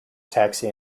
taxi